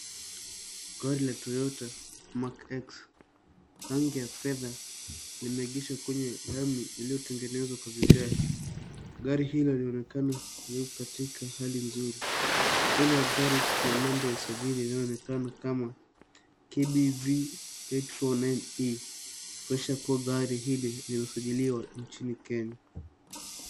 Gari la Toyota Mark X rangi ya fedha, limeegeshwa kwenye lami iliyotengenezwa kwa vigae. Gari hilo linaonekana liko katika hali nzuri. Mbele ya gari kuna namba ya usajili inayoonekana kama KVB849E , ikionyesha kuwa gari hili limesajiliwa nchini Kenya.